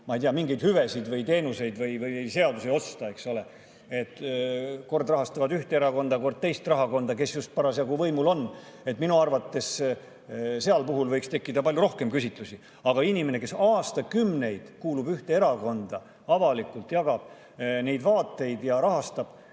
ma ei tea, mingeid hüvesid, teenuseid või seadusi osta, eks ole – kord rahastavad ühte erakonda, kord teist erakonda, kes just parasjagu võimul on –, tekkida palju rohkem küsimusi. Aga inimene, kes aastakümneid kuulub ühte erakonda, avalikult jagab nende vaateid ja rahastab